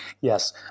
yes